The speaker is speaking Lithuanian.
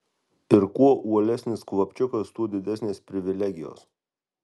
ir kuo uolesnis klapčiukas tuo didesnės privilegijos